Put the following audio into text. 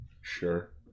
Sure